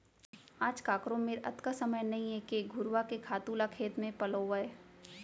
आज काकरो मेर अतका समय नइये के घुरूवा के खातू ल खेत म पलोवय